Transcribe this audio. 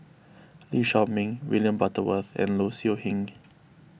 Lee Shao Meng William Butterworth and Low Siew Nghee